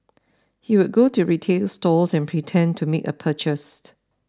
he would go to retail stores and pretend to make a purchase